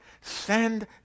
send